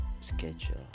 schedule